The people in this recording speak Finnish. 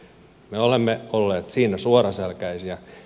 me olemme olleet siinä suoraselkäisiä